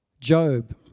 Job